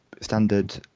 Standard